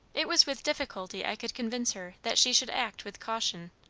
it was with difficulty i could convince her that she should act with caution.